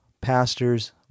pastors